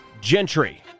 Gentry